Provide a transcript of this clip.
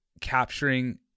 capturing